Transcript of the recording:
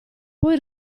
poi